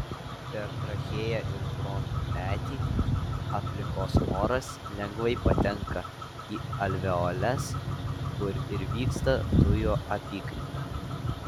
per trachėją ir bronchų medį aplinkos oras lengvai patenka į alveoles kur ir vyksta dujų apykaita